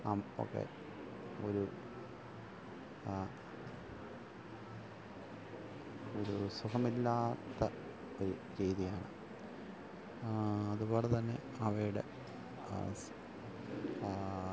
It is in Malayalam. ആം ഒക്കേ ഒരു ഒരു സുഖമില്ലാത്ത ഒരു രീതിയാണ് അതുപോലെ തന്നെ അവയുടെ കാസ് കാ